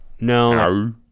No